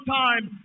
time